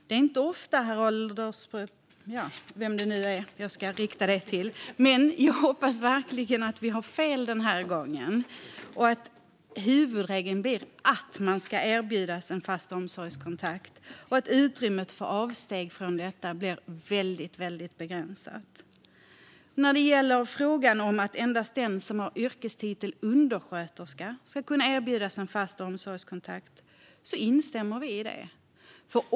Det är inte ofta, men jag hoppas verkligen att vi har fel den här gången och att huvudregeln blir att man ska erbjudas en fast omsorgskontakt och att utrymmet för avsteg från detta blir väldigt begränsat. När det gäller frågan om att endast den som har yrkestiteln undersköterska ska kunna utses till en fast omsorgskontakt instämmer vi i det.